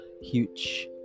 huge